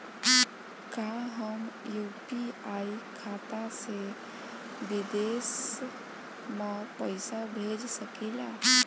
का हम यू.पी.आई खाता से विदेश म पईसा भेज सकिला?